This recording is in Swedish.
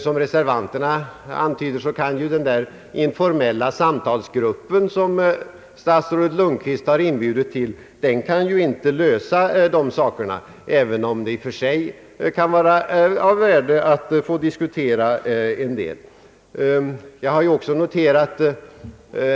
Såsom reservanterna antyder kan ju den informella samtalsgrupp, som statsrådet Lundkvist har inbjudit till, inte lösa dessa frågor, även om det i och för sig bör vara av värde att få diskutera en del av dem.